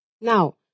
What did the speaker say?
Now